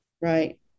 right